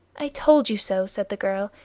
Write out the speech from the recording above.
i told you so, said the girl.